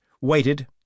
waited